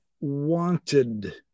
wanted